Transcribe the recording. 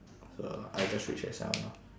so I just reach at seven lor